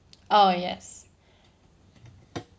oh yes